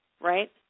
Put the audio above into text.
right